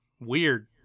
weird